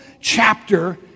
chapter